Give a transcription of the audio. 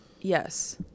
Yes